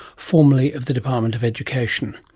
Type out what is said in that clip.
formerly of the department of education.